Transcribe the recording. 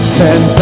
ten